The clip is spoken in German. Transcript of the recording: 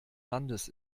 landes